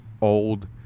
old